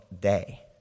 day